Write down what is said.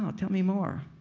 um tell me more.